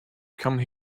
come